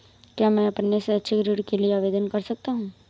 क्या मैं अपने शैक्षिक ऋण के लिए आवेदन कर सकता हूँ?